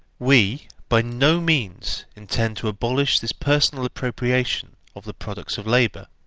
we by no means intend to abolish this personal appropriation of the products of labour,